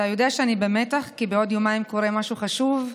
אתה יודע שאני במתח כי בעוד יומיים קורה משהו חשוב,